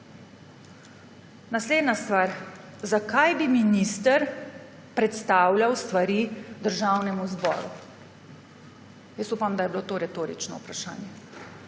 Naslednja stvar: »Zakaj bi minister predstavljal stvari Državnemu zboru?« Upam, da je bilo to retorično vprašanje.